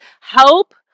help